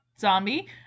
zombie